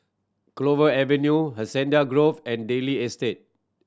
Clover Avenue Hacienda Grove and Daley Estate